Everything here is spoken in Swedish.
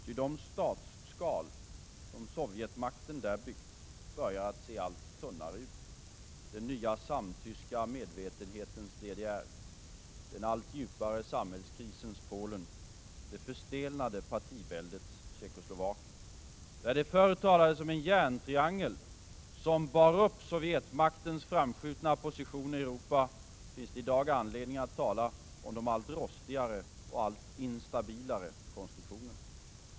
Ty de statsskal som sovjetmakten där byggt börjar att se allt tunnare ut — den nya samtyska medvetenhetens DDR, den allt djupare samhällskrisens Polen, det förstelnade partiväldets Tjeckoslovakien. Där det förut talades om en ”järntriangel” som bar upp sovjetmaktens framskjutna positioner i Europas hjärta, finns det i dag anledning att tala om de allt rostigare och allt instabilare konstruktionerna.